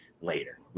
later